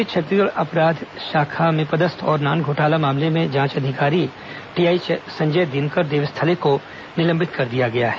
इस बीच छत्तीसगढ़ अपराध शाखा में पदस्थ और नान घोटाला मामले के जांच अधिकारी टीआई संजय दिनकर देवस्थले को निलंबित कर दिया गया है